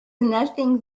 nothing